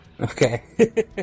Okay